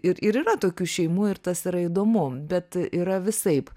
ir ir yra tokių šeimų ir tas yra įdomu bet yra visaip